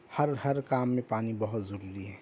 ہر ہر کام میں پانی بہت ضروری ہے